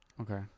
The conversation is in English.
Okay